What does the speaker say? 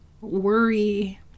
worry